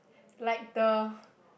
like the